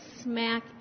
smack